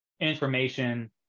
information